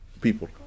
people